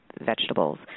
vegetables